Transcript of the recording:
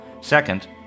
Second